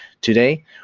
Today